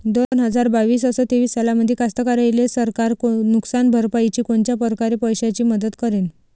दोन हजार बावीस अस तेवीस सालामंदी कास्तकाराइले सरकार नुकसान भरपाईची कोनच्या परकारे पैशाची मदत करेन?